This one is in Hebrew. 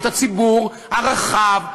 את הציבור הרחב,